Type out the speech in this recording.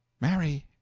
marry,